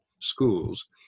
schools